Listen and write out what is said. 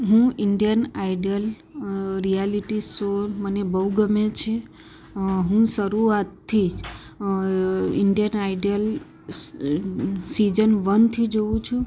હું Indian Idol reality show મને બહુ ગમે છે હું શરૂઆતથી જ ઇન્ડિયન આઇડિયલ સીજન વનથી જોઉં છું